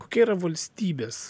kokia yra valstybės